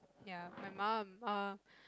ya my mum err